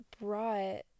brought